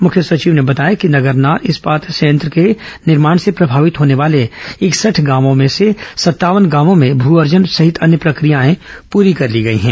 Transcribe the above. मुख्य सचिव ने बताया कि नगरनार इस्पात संयंत्र के निर्माण से प्रभावित होने वाले इकसठ गांवों में से संतावन गांवों में भू अर्जन सहित अन्य प्रक्रियाएं पूरी कर ली गई हैं